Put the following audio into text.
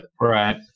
Right